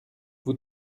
vous